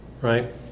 right